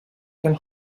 can